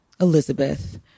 Elizabeth